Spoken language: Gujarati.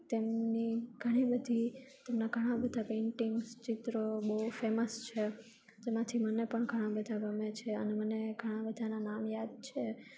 તેમની ઘણી બધી તેમનાં ઘણાં બધાં પેન્ટિંગ્સ ચિત્રો બહુ ફેમસ છે તેમાંથી મને પણ ઘણાં બધાં ગમે છે અને મને ઘણાં બધાંના નામ યાદ છે